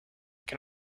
can